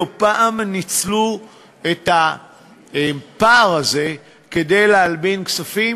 לא פעם ניצלו את הפער הזה כדי להלבין כספים,